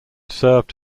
served